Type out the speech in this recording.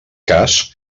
cas